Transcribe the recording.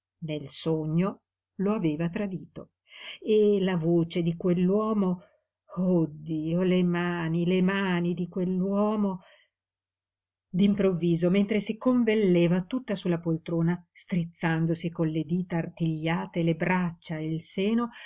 nel sogno lo aveva tradito e la voce di quell'uomo oh dio le mani le mani di quell'uomo d'improvviso mentre si convelleva tutta su la poltrona strizzandosi con le dita artigliate le braccia e il seno